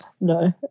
No